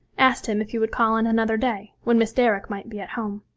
asked him if he would call on another day, when miss derrick might be at home.